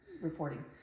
reporting